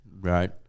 Right